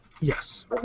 Yes